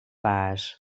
baas